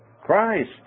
Christ